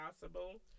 possible